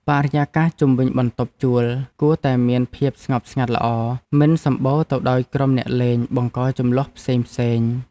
បរិយាកាសជុំវិញបន្ទប់ជួលគួរតែមានភាពស្ងប់ស្ងាត់ល្អ មិនសម្បូរទៅដោយក្រុមអ្នកលេងបង្កជម្លោះផ្សេងៗ។